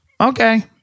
okay